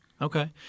Okay